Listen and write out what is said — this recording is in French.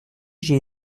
j’ai